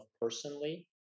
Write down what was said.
personally